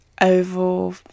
oval